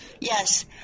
Yes